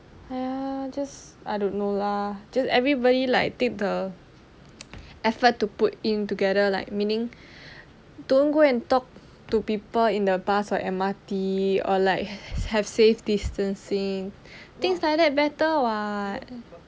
ya just I don't know lah just everybody like take the effort to put in together like meaning don't go and talk to people in the bus or M_R_T or like have safe distancing things like that better [what]